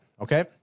Okay